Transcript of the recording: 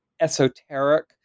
esoteric